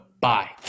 bye